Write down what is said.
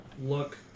look